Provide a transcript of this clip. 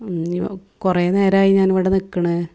കുറേ നേരമായി ഞാൻ ഇവിടെ നിൽക്കുന്നു